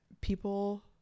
people